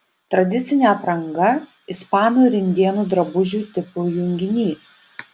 tradicinė apranga ispanų ir indėnų drabužių tipų junginys